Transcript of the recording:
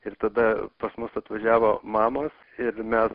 ir tada pas mus atvažiavo mamos ir mes